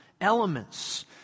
elements